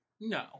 No